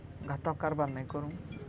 ଘାତକ୍ କାର୍ବାର୍ ନାଇଁ କରୁ